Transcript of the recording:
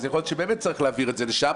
אז יכול להיות שבאמת צריך להעביר את זה לשם,